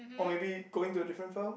or maybe going to a different firm